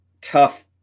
tough